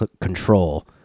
control